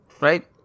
right